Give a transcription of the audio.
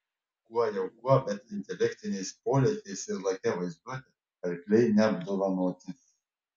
kuo jau kuo bet intelektiniais polėkiais ir lakia vaizduote arkliai neapdovanoti